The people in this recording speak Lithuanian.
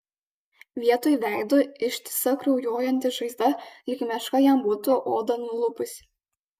vietoj veido ištisa kraujuojanti žaizda lyg meška jam būtų odą nulupusi